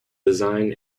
design